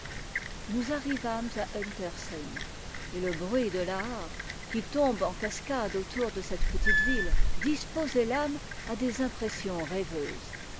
nous arrivâmes à unterseen et le bruit d l'aar qui tombe en cascades autour de cette petite ville disposait l'âme à des impressions rêveuses